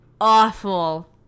awful